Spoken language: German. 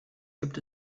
gibt